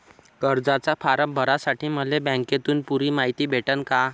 कर्जाचा फारम भरासाठी मले बँकेतून पुरी मायती भेटन का?